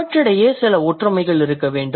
அவற்றிடையே சில ஒற்றுமைகள் இருக்க வேண்டும்